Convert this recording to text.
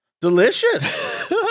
delicious